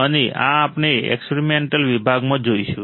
અને આ આપણે એક્સપેરિમેન્ટલ વિભાગમાં જોઈશું